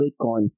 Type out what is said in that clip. Bitcoin